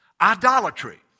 idolatry